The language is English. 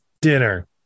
Dinner